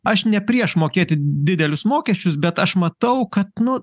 aš ne prieš mokėti didelius mokesčius bet aš matau kad nu